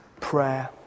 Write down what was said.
prayer